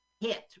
hit